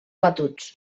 batuts